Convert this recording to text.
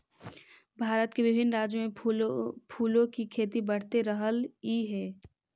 भारत के विभिन्न राज्यों में फूलों की खेती बढ़ते रहलइ हे